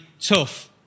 tough